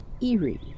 Eerie